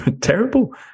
terrible